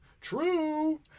True